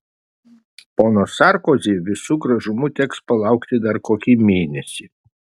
pono sarkozi visu gražumu teks palaukti dar kokį mėnesį